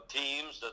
teams